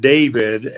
David